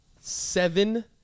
seven